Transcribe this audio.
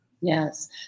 Yes